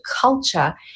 culture